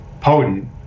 potent